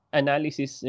analysis